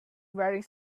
wearing